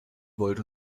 wollte